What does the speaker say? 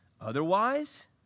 Otherwise